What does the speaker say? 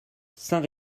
saint